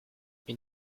une